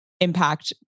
impact